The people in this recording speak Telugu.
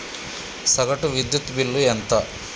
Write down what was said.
సగటు విద్యుత్ బిల్లు ఎంత?